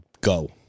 go